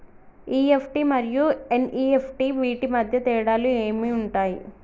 EFT మరియు NEFT వీటి మధ్య తేడాలు ఏమి ఉంటాయి?